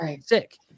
sick